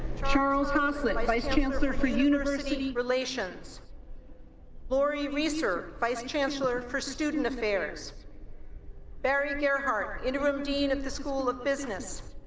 charles hoslet, vice chancellor for university relations lori reesor, vice chancellor for student affairs barry gerhart, interim dean of the school of business